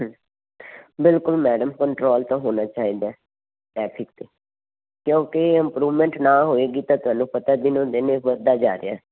ਬਿਲਕੁਲ madam control ਤਾਂ ਹੋਣਾ ਚਾਹੀਦਾ ਟਰੈਫਿਕ 'ਤੇ ਕਿਉਂਕਿ ਇੰਪਰੂਵਮੈਂਟ ਨਾ ਹੋਏਗੀ ਤਾਂ ਤੁਹਾਨੂੰ ਪਤਾ ਦਿਨੋਂ ਦਿਨ ਇਹ ਵੱਧਦਾ ਜਾ ਰਿਹਾ